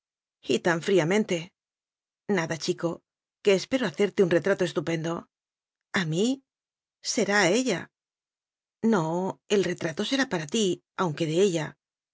tan fríamente nada chico que espero hacerte un re trato estupendo a mí será a ella no el retrato será para ti aunque de ella